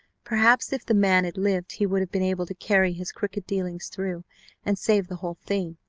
perhaps if the man had lived he would have been able to carry his crooked dealings through and save the whole thing,